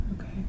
Okay